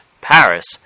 Paris